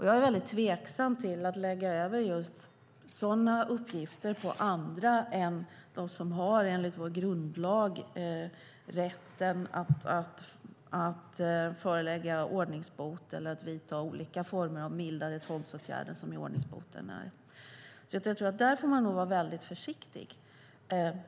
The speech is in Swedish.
Jag är väldigt tveksam till att lägga över just sådana uppgifter på andra än de som enligt vår grundlag har rätten att förelägga ordningsbot eller vidta olika former av mildare tvångsåtgärder, som ju ordningsboten är. Där får man nog vara väldigt försiktig.